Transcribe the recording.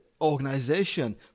organization